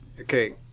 Okay